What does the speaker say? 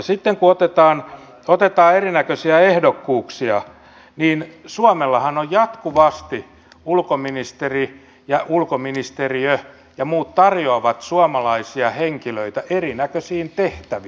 sitten kun otetaan erinäköisiä ehdokkuuksia niin suomessahan jatkuvasti ulkoministeri ulkoministeriö ja muut tarjoavat suomalaisia henkilöitä erinäköisiin tehtäviin